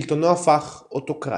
שלטונו הפך אוטוקרטי.